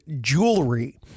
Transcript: jewelry